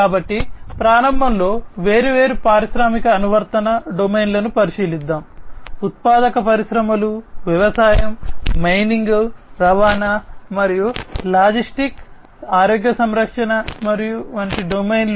కాబట్టి ప్రారంభంలో వేర్వేరు పారిశ్రామిక అనువర్తన ఆరోగ్య సంరక్షణ మరియు వంటి డొమైన్లు